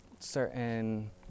certain